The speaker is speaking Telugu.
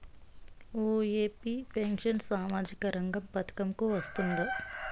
ఒ.ఎ.పి పెన్షన్ సామాజిక రంగ పథకం కు వస్తుందా?